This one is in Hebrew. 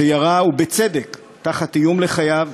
שירה, ובצדק, תחת איום על חייו,